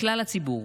לכלל הציבור,